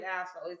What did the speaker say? asshole